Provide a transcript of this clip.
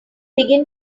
begin